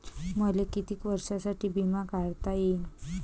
मले कितीक वर्षासाठी बिमा काढता येईन?